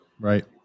right